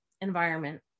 environment